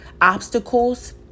obstacles